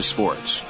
Sports